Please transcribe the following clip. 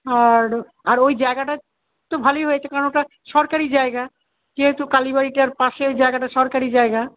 আর আর ওই জায়গাটা তো ভালোই হয়েছে কারণ ওটা সরকারি জায়গা যেহেতু কালীবাড়িটার পাশে ওই জায়গাটা সরকারি জায়গা